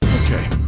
Okay